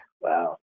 wow